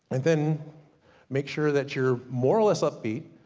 and then make sure that you're more or less up beat.